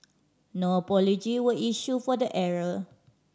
no apology were issue for the error